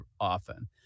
often